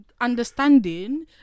understanding